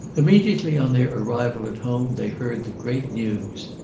immediately on their arrival at home they heard the great news.